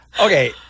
Okay